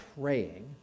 praying